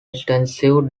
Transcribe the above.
extensive